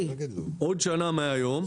עוד שנה מהיום,